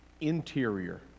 interior